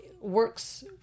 works